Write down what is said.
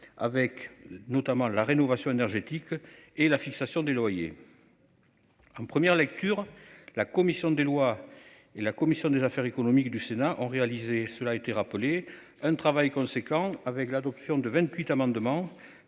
avec notamment la rénovation énergétique et la fixation des loyers. En première lecture, la commission des lois et la commission des affaires économiques du Sénat ont réalisé. Cela a été rappelé un travail conséquent avec l'adoption de 28 amendement